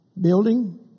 Building